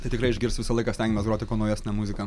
tai tikrai išgirs visą laiką stengiamės groti kuo naujesnę muziką